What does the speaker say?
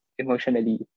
Emotionally